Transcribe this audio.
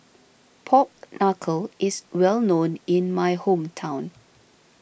Pork Knuckle is well known in my hometown